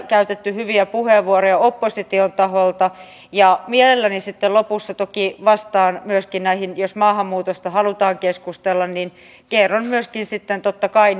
käytetty hyviä puheenvuoroja opposition taholta ja mielelläni sitten lopussa toki vastaan myöskin näihin jos maahanmuutosta halutaan keskustella niin kerron myöskin sitten totta kai